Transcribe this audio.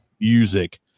music